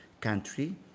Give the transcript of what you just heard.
country